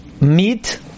meat